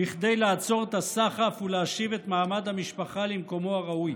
כדי לעצור את הסחף ולהשיב את מעמד המשפחה למקומו הראוי.